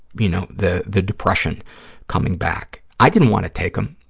you know, the the depression coming back. i didn't want to take them.